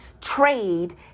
trade